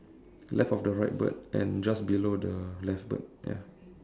left of the right bird and just below the left bird ya